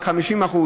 רק 50%,